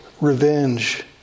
revenge